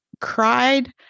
cried